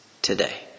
today